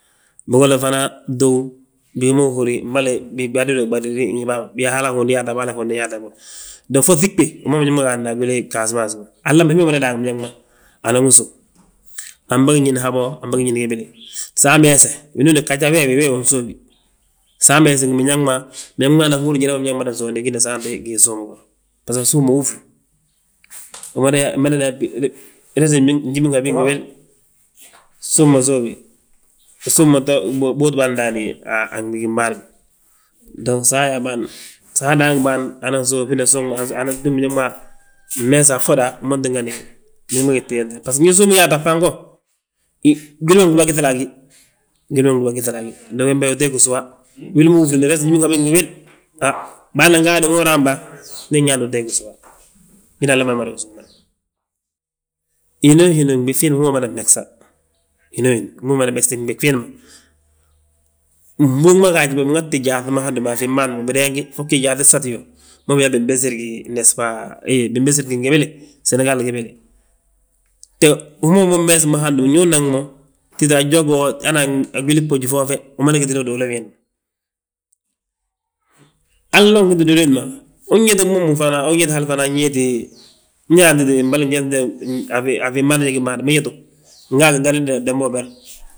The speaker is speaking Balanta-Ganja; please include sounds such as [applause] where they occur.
Bigolla fana tów, mbolo bibadir badiri ngi bàa ma, biyaa hala hondi yaate habo, hala hondi yaate habo. Dong fo ŧiɓe wi ma bagad nan a gwili gasamas wo, alam ma hi ma mada daangi biñaŋ ma, anan wi sów. Anbagi ñíni habo, ambagi ñín gembe, sa ameese, winooni gaja wee wi nsów wee wi, wee wi nsów wi. Sa ameesi ngi biñaŋ ma, biñaŋ ma anan húri njali ma biñaŋ ma mada sówni gina saanti gii súm go; Basgo, súm ma wúflu, [noise] madana yaa resi njiminhabi ngi wil súm ma sów wi, súm ma bóoti bâan a fnɓigim bâan ma. Dong sa adaangi [noise] bâan, anan sów wina súm ma anan túm biñaŋ ma mmeesa a ffoda wi ma tíngani biñaŋ ma gitti, baso ndi súmi yaata a fnbago, gwili ma gdúba gíŧale a gí, gwili ma gdúba giŧale a gí dong wembe uteeg sówa. Wili ma wúflini resi njiminhabi ngi wil, [noise] baanan gaade wi ma raam ba, ñe nyaande wi teeg sówa, hina alama mada wi sówna. Hinoo hini ɓig fiinde hú mee mada fmegesa, hinoo hini hú mee mada megsi fnɓigi fiindi ma; Fnbúŋ ma gaaji ma biŋati, gyaaŧi ma hando mo a fiin bân fo bideeŋ gi, fogí gyaaŧi gsati yo, mma biyaa binbesir, nesba, binbesir gi gebele, senegal gebele. Te wi unan meese hando, ndu unaŋ mo tita a njogu wo hana, gwili fboji foofe, umada gitini uduulu wiindi ma. Halla ungiti uduulu wiindi ma, uwéeti momu unwéeti hal fana, nwéeti ndi uyaantiti fana mbolo, a fiim bâan [noise] ma ñe tów, nga a gingaraŋdi, damba uber.